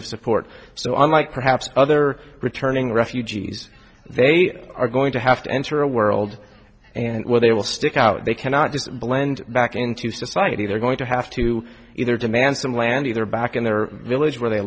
of support so unlike perhaps other returning refugees they are going to have to enter a world and where they will stick out they cannot just blend back into society they're going to have to either demand some land either back in their village where they